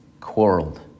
quarreled